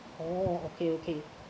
oh okay okay